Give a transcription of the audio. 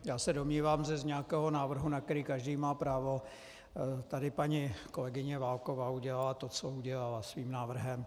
Já se domnívám, že z nějakého návrhu, na který každý má právo, tady paní kolegyně Válková udělala to, co udělala svým návrhem.